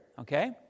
Okay